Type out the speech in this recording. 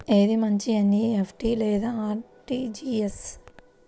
ఏది మంచి ఎన్.ఈ.ఎఫ్.టీ లేదా అర్.టీ.జీ.ఎస్?